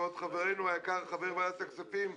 ועוד חברנו היקר חבר ועדת הכספים,